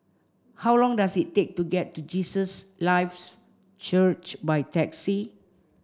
how long does it take to get to Jesus Lives Church by taxi